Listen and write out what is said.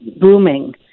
booming